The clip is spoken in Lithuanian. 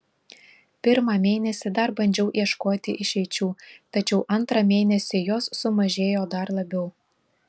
pirmą mėnesį dar bandžiau ieškoti išeičių tačiau antrą mėnesį jos sumažėjo dar labiau